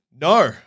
No